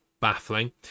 baffling